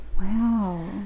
wow